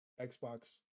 Xbox